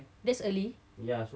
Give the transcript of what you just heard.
that's early